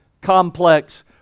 complex